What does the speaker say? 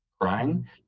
crying